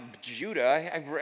Judah